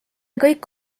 kõik